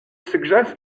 suggest